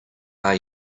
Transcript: are